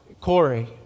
Corey